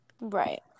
Right